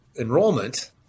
enrollment